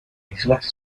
islas